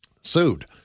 sued